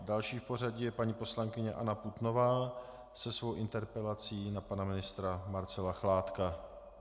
Další v pořadí je paní poslankyně Anna Putnová se svou interpelací na pana ministra Marcela Chládka.